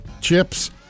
chips